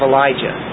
Elijah